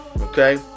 okay